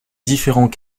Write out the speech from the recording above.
différents